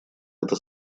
это